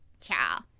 Ciao